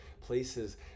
places